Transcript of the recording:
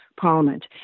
Parliament